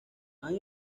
han